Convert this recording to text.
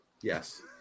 Yes